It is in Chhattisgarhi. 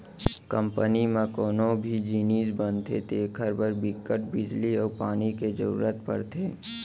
कंपनी म कोनो भी जिनिस बनथे तेखर बर बिकट बिजली अउ पानी के जरूरत परथे